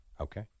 Okay